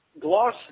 gloss